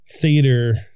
Theater